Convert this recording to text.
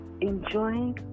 enjoying